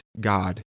God